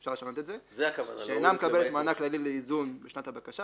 אפשר לשנות את זה "...שאינה מקבלת מענק כללי לאיזון בשנת הבקשה